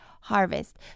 harvest